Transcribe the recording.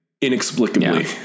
inexplicably